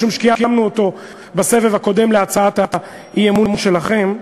משום שקיימנו אותו בסבב הקודם להצעת האי-אמון שלכם.